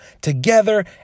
together